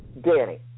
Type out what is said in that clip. Danny